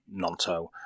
Nanto